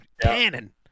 Cannon